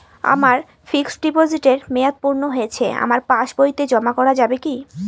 আমার ফিক্সট ডিপোজিটের মেয়াদ পূর্ণ হয়েছে আমার পাস বইতে জমা করা যাবে কি?